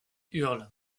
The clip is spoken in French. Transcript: hurle